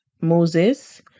Moses